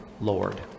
Lord